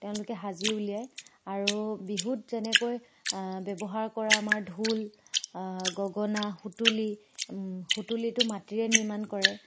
তেওঁলোকে সাজি উলিয়ায় আৰু বিহুত যেনেকৈ ব্যৱহাৰ কৰা আমাৰ ঢোল গগনা সুতুলি সুতুলিটো মাটিৰে নিৰ্মাণ কৰে